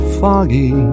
foggy